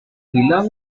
aguilar